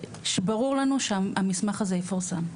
ברור לנו שהמסמך הזה יפורסם.